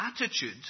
attitude